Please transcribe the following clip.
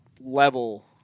level